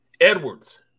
Edwards